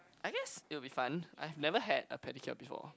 I guess it will be fun I have never had a pedicure before